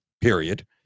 period